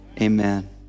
amen